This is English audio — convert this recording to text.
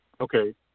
Okay